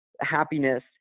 happiness